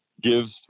gives